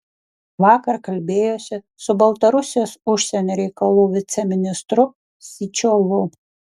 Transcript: vakar kalbėjosi su baltarusijos užsienio reikalų viceministru syčiovu